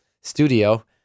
studio